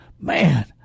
Man